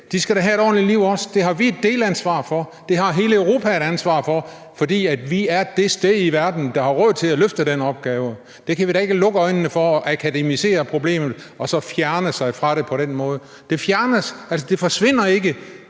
De skal da have et ordentligt liv også. Det har vi et delansvar for, og det har hele Europa et ansvar for, for vi er det sted i verden, der har råd til at løfte den opgave. Det kan vi da ikke lukke øjnene for – akademisere problemet og så fjerne sig fra det på den måde. Altså, det forsvinder ikke,